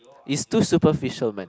is too superficial man